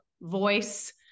voice